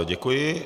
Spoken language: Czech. Děkuji.